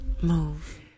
move